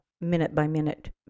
minute-by-minute